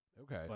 Okay